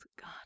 God